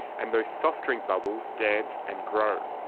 and those soft drink bubbles dance and grow.